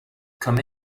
come